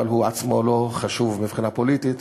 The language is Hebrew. אבל הוא עצמו לא חשוב מבחינה פוליטית,